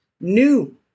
new